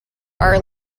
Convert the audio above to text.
our